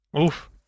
Oof